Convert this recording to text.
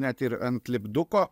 net ir ant lipduko